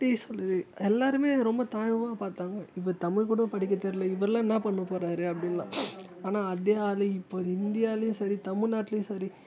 எப்படி சொல்லுறது எல்லாருமே ரொம்ப தாழ்வாக பார்த்தாங்க இப்போ தமிழ் கூட படிக்க தெரியல இவர் எல்லாம் என்ன பண்ண போறார் அப்படினுலாம் ஆனால் அதே ஆள் இப்போ இந்தியாவிலே சரி தமிழ்நாட்டுலையும் சரி